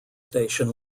station